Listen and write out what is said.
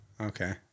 okay